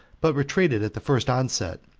but retreated at the first onset,